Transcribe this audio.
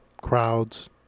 crowds